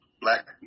black